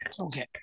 Okay